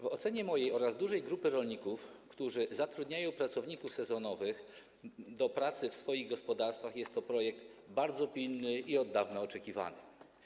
W ocenie mojej oraz dużej grupy rolników, którzy zatrudniają pracowników sezonowych do pracy w swoich gospodarstwach, jest to projekt bardzo pilny i od dawna oczekiwany.